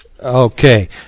Okay